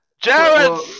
Jared